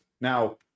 Now